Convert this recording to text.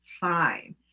fine